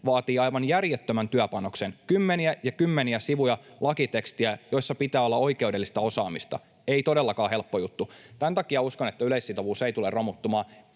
vaatii aivan järjettömän työpanoksen, kymmeniä ja kymmeniä sivuja lakitekstiä, mihin pitää olla oikeudellista osaamista. Ei todellakaan helppo juttu. Tämän takia uskon, että yleissitovuus ei tule romuttumaan,